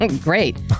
Great